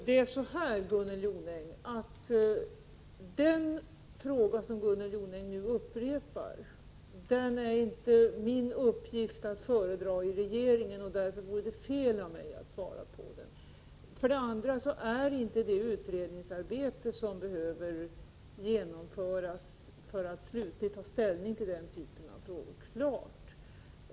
Herr talman! Den fråga som Gunnel Jonäng nu upprepar är det inte min uppgift att föredra i regeringen, och därför vore det fel av mig att svara på den. Dessutom är inte det utredningsarbete som behöver genomföras för att det skall vara möjligt att slutligt ta ställning till den typen av frågor klart.